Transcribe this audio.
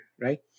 right